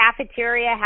cafeteria